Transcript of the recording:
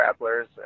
grapplers